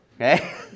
okay